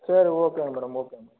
சரி okay madam okay madam